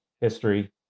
history